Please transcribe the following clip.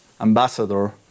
ambassador